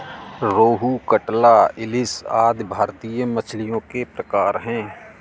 रोहू, कटला, इलिस आदि भारतीय मछलियों के प्रकार है